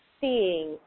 seeing